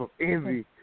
envy